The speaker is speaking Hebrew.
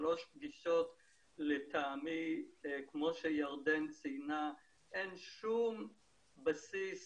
לטעמי אין שום בסיס